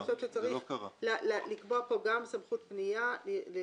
אני חושבת שצריך לקבוע פה גם סמכות פנייה לבית